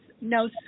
no